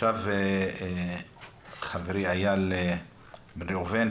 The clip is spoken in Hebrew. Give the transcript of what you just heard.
חברי איל בן ראובן,